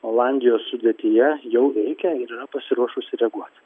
olandijos sudėtyje jau veikia ir yra pasiruošusi reaguot